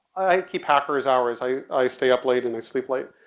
i keep hacker's hours, i i stay up late and i sleep late.